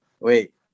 wait